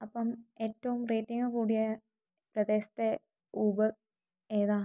അപ്പം ഏറ്റവും റേറ്റിങ്ങ് കൂടിയ പ്രദേശത്തെ ഊബർ ഏതാണ്